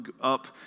up